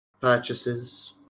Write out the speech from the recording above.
purchases